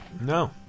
no